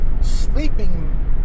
sleeping